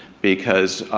because,